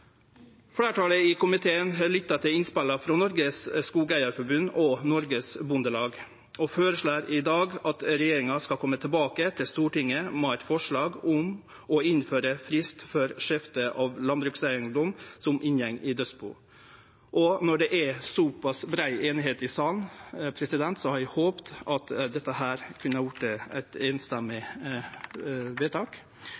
Fleirtalet i komiteen har lytta til innspela frå Norges Skogeierforbund og Norges Bondelag og føreslår i dag at regjeringa skal kome tilbake til Stortinget med eit forslag om å innføre ein frist for skifte av landbrukseigedom som inngår i dødsbu. Når det er såpass brei einigheit i salen, hadde eg håpa at det kunne ha vorte eit